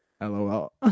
LOL